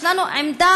יש לנו עמדה,